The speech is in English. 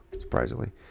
surprisingly